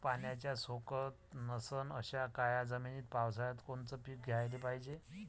पाण्याचा सोकत नसन अशा काळ्या जमिनीत पावसाळ्यात कोनचं पीक घ्याले पायजे?